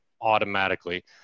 automatically